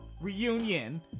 Reunion